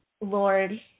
Lord